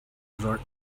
resort